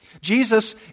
Jesus